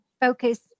focus